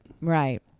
Right